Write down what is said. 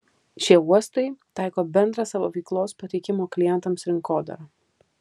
šie uostai taiko bendrą savo veiklos pateikimo klientams rinkodarą